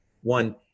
one